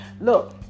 Look